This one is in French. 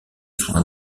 soin